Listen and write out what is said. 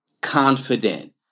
confident